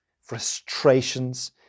frustrations